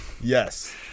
Yes